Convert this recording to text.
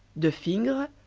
de fingre,